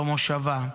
במושבה.